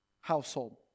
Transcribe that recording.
household